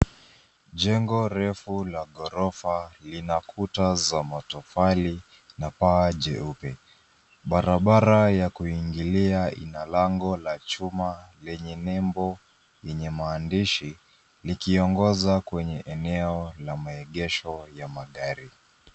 Jengo refu la gorofa lina kuta za matofali na paa jeupe. Barabara ya kuingilia ina lango la chuma lenye nembo lenye maandishi likiongoza kwenye eneo la maegesho ya magari.